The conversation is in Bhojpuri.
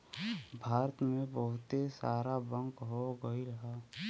भारत मे बहुते सारा बैंक हो गइल हौ